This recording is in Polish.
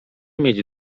mieć